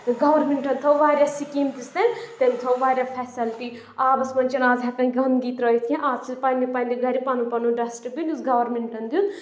گورمِنٹَن تھوٚو واریاہ سِکیٖم دِژ تٔمۍ تٔمۍ تھوٚو واریاہ فیسَلٹی آبَس منٛز چھِنہٕ آز ہیٚکان گنٛدگی ترٲیِتھ کینٛہہ آز چھِ پنٕنہِ پَنٕنہِ گَرِ پَنُن پَنُن ڈَسٹہٕ بِن یُس گورمنٹَن دیُت